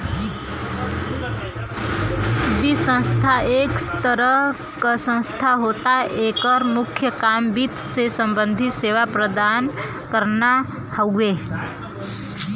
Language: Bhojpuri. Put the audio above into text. वित्तीय संस्था एक तरह क संस्था होला एकर मुख्य काम वित्त से सम्बंधित सेवा प्रदान करना हउवे